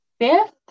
fifth